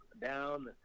down